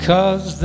Cause